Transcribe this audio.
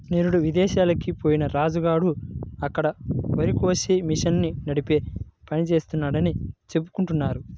నిరుడు ఇదేశాలకి బొయ్యిన రాజు గాడు అక్కడ వరికోసే మిషన్ని నడిపే పని జేత్తన్నాడని చెప్పుకుంటున్నారు